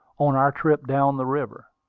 on our trip down the river.